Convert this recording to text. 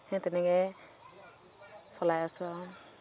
সেই তেনেকৈ চলাই আছো আৰু